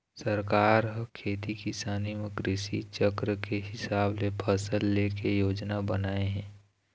सरकार ह खेती किसानी म कृषि चक्र के हिसाब ले फसल ले के योजना बनाए हे